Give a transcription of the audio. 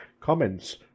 Comments